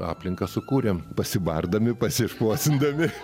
aplinką sukūrėm pasibardami pasišluosindami